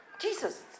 Jesus